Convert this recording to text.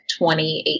2018